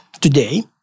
today